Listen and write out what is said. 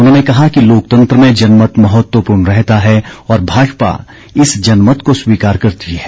उन्होंने कहा कि लोकतंत्र में जनमत महत्वपूर्ण रहता है और भाजपा इस जनमत को स्वीकार करती है